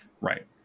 Right